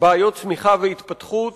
בעיות צמיחה והתפתחות,